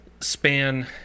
span